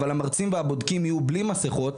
אבל המרצים והבודקים יהיו בלי מסכות,